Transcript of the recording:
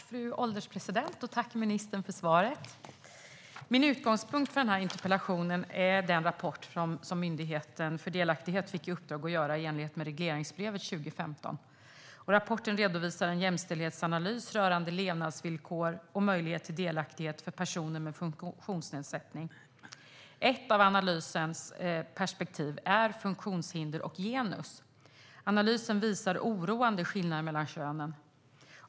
Fru ålderspresident! Tack, ministern, för svaret! Min utgångspunkt för den här interpellationen är den rapport som Myndigheten för delaktighet fick i uppdrag att göra i enlighet med regleringsbrevet 2015. Rapporten redovisar en jämställdhetsanalys rörande levnadsvillkor och möjlighet till delaktighet för personer med funktionsnedsättning. Ett av analysens perspektiv är funktionshinder och genus. Analysen visar oroande skillnader mellan könen.